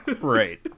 Right